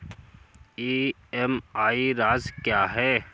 EMI राशि क्या है?